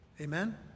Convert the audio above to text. Amen